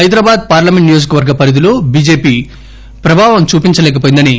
Hyderabad parliament నియోజకవర్గ పరిధిలో BJP ప్రభావం చూపించలేకపోయిందన్నారు